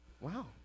Wow